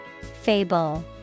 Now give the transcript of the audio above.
Fable